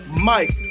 Mike